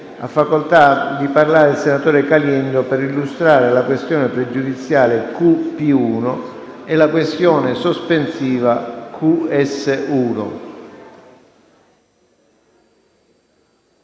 Ha chiesto di intervenire il senatore Caliendo per illustrare la questione pregiudiziale QP1 e la questione sospensiva QS1.